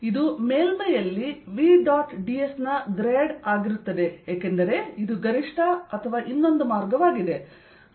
ಇದು ಮೇಲ್ಮೈಯಲ್ಲಿ V dot ds ನ ಗ್ರಾಡ್ ಆಗಿರುತ್ತದೆ ಏಕೆಂದರೆ ಇದು ಗರಿಷ್ಠ ಅಥವಾ ಇನ್ನೊಂದು ಮಾರ್ಗವಾಗಿದೆ